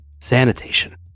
Sanitation